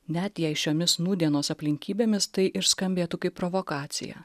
net jei šiomis nūdienos aplinkybėmis tai ir skambėtų kaip provokacija